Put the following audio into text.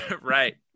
right